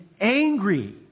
angry